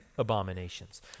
abominations